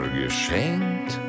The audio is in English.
geschenkt